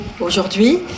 aujourd'hui